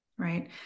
right